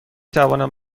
توانم